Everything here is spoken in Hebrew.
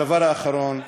הדבר האחרון,